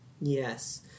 Yes